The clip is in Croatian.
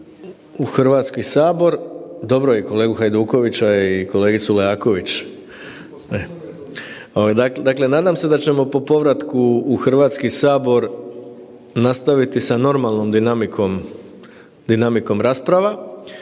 u Hrvatski sabor, dobro i kolegu Hajdukovića i kolegicu Leaković, dakle nadam se da ćemo po povratku u Hrvatski sabor nastaviti sa normalnom dinamikom rasprava,